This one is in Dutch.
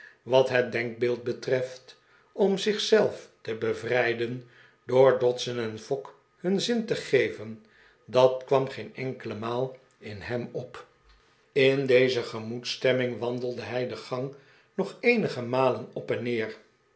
wat het denkbeeld betreft om zich zelf te be vrij den door dodson en fogg hun zin te geven dat kwam geen enkele maal in hem op in deze gemoedsstemming wandelde hij de gang nog eenige malen op en neer